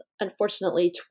unfortunately